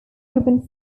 ribbon